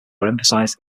emphasized